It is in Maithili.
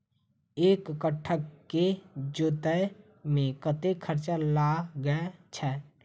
एक कट्ठा केँ जोतय मे कतेक खर्चा लागै छै?